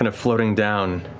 and floating down,